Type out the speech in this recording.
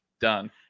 done